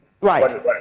Right